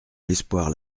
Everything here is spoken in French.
l’espoir